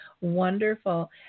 wonderful